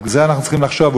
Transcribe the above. על זה אנחנו צריכים לחשוב.